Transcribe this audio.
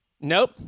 Nope